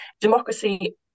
democracy